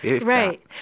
Right